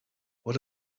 what